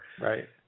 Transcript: Right